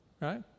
right